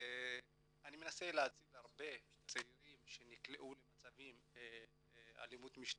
אני מנסה להציל הרבה צעירים שנקלעו למצבי אלימות משטרתית,